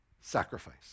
sacrifice